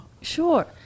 Sure